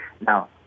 Now